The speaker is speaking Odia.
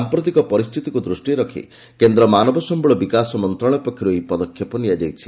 ସାଂପ୍ରତିକ ପରିସ୍ଥିତିକ୍ତ ଦୃଷ୍ଟିରେ ରଖି କେନ୍ଦ ମାନବ ସମ୍ଭଳ ବିକାଶ ମନ୍ତ୍ରଣାଳୟ ପକ୍ଷର୍ ଏହି ପଦକ୍ଷେପ ନିଆଯାଇଛି